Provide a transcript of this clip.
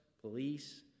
police